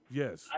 yes